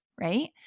right